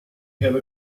have